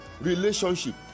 relationship